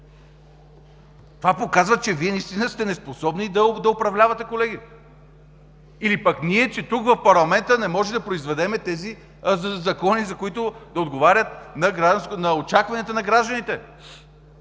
Това показва, че Вие наистина сте неспособни да управлявате, колеги, или пък ние, че тук, в парламента, не може да произведем тези закони, които да отговарят на очакванията на гражданите.